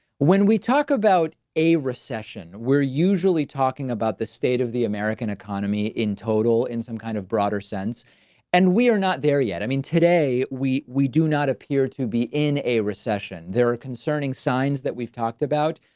when we talk about a recession, we're usually talking about the state of the american economy in total in some kind of broader sense and we're not there yet. i mean today we, we do not appear to be in a recession. there are concerning signs that we've talked about,